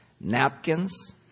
napkins